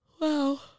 Wow